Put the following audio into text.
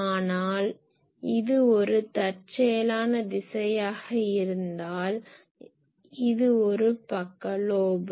ஆனால் இது ஒரு தற்செயலான திசையாக இருந்தால் இது ஒரு பக்க லோப்